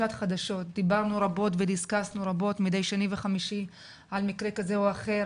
שעה 8:25,